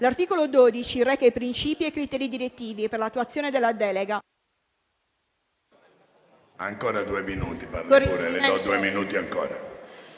L'articolo 12 reca i principi e criteri direttivi per l'attuazione della delega